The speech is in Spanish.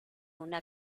una